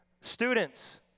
Students